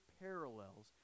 parallels